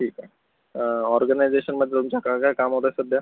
ठीक आहे ऑर्गनायझेशनमध्ये तुमच्या काय काय काम होतात सध्या